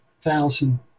thousand